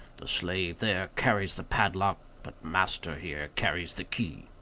the slave there carries the padlock, but master here carries the key.